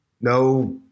no